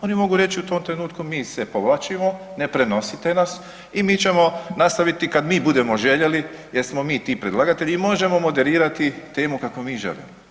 Oni mogu reći u tom trenutku mi se povlačimo ne prenosite nas i mi ćemo nastaviti kad mi budemo željeli jer smo mi ti predlagatelji i možemo moderirati temu kako mi želimo.